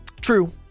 True